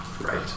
Right